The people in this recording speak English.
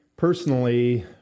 Personally